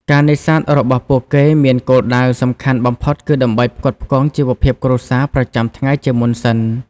ការនេសាទរបស់ពួកគេមានគោលដៅសំខាន់បំផុតគឺដើម្បីផ្គត់ផ្គង់ ជីវភាពគ្រួសារ ប្រចាំថ្ងៃជាមុនសិន។